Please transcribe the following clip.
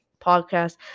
podcast